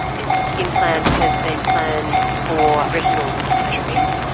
this implant has been planned for retinal dystrophies.